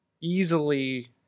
easily